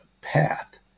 path